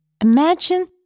Imagine